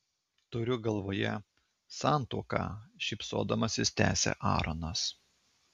turiu galvoje santuoką šypsodamasis tęsia aaronas